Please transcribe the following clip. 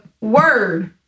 word